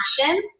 action